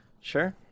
Sure